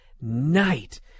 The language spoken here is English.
night